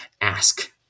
ask